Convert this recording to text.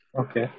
Okay